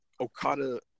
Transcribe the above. Okada